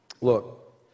Look